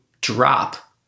drop